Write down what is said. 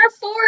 four